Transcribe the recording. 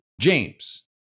James